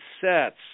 sets